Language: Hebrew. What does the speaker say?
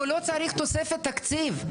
פה לא צריך תוספת תקציב.